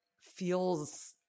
feels